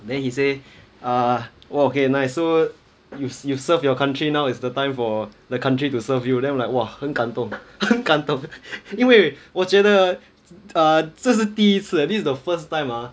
then he say err okay nice so you've you serve your country now is the time for the country to serve you then I'm like !wah! 很感动很感动因为我觉得这是第一次 this the first time ah